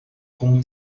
com